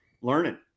learning